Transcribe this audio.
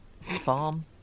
farm